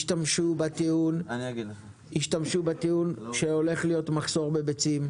השתמשו בטיעון שהולך להיות מחסור בביצים,